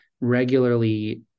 regularly